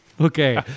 Okay